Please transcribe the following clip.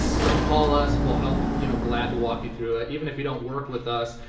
so call us. we'll help, you know glad to walk you through it, even if you don't work with us,